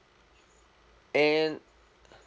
and